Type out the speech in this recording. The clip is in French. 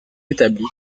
établis